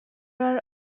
are